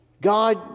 God